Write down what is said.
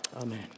Amen